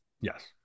Yes